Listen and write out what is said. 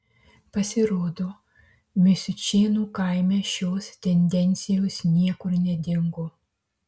pasirodo misiučėnų kaime šios tendencijos niekur nedingo